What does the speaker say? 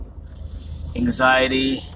Anxiety